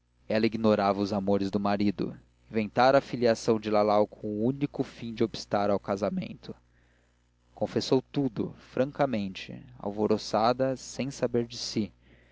ela ignorava os amores do marido inventara a filiação de lalau com o único fim de obstar ao casamento confessou tudo francamente alvoroçada sem saber de si